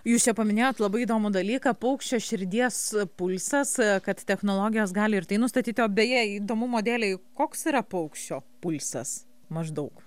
jūs čia paminėjot labai įdomų dalyką paukščio širdies pulsas kad technologijos gali ir tai nustatyti o beje įdomumo dėlei koks yra paukščio pulsas maždaug